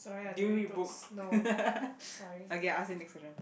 do you read books okay ask you the next question